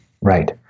Right